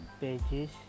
pages